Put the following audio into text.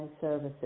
services